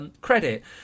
credit